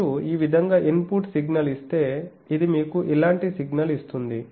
మీరు ఈ విధంగా ఇన్పుట్ సిగ్నల్ ఇస్తే ఇది మీకు ఇలాంటి సిగ్నల్ ఇస్తుంది